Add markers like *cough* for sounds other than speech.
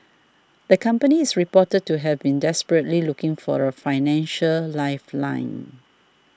*noise* the company is reported to have been desperately looking for a financial lifeline